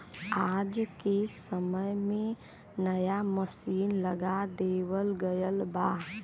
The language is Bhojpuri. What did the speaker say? आज के समय में नया मसीन लगा देवल गयल बा